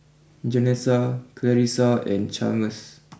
Janessa Clarisa and Chalmers